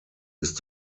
ist